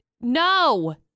No